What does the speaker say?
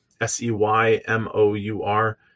S-E-Y-M-O-U-R